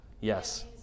Yes